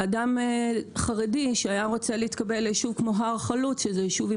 אדם חרדי שהיה רוצה להתקבל ליישוב כמו הר חלוץ שזה יישוב עם